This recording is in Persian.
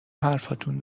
حرفاتون